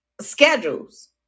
schedules